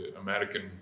american